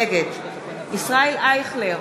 נגד ישראל אייכלר,